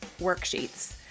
worksheets